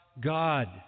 God